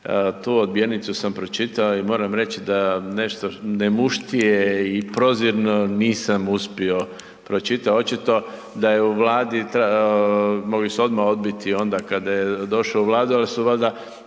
tu odbijenicu sam pročitao i moram reći da nešto nemuštije i prozirno nisam uspio, pročitao, očito da je u Vladi, mogli su odmah odbiti onda kada je došao u Vladi, ali su valjda